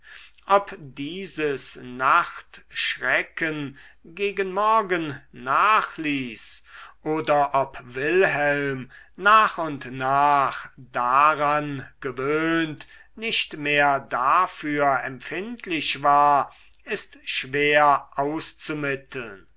ob dieses nachtschrecken gegen morgen nachließ oder ob wilhelm nach und nach daran gewöhnt nicht mehr dafür empfindlich war ist schwer auszumitteln